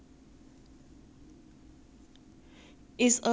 is a surface like scratching like that lor